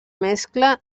mescla